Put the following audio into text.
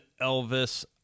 Elvis